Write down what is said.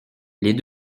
les